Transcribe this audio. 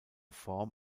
form